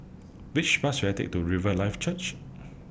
Which Bus should I Take to Riverlife Church